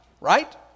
Right